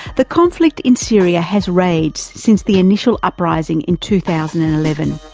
the conflict in syria has raged since the initial uprising in two thousand and eleven.